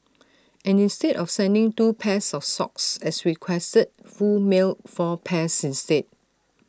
and instead of sending two pairs of socks as requested Foo mailed four pairs instead